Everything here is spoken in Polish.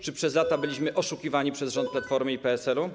Czy przez lata byliśmy oszukiwani przez rząd Platformy i PSL-u?